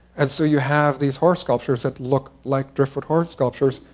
and so, you have these horse sculptures that look like driftwood horse sculptures,